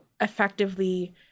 effectively